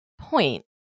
point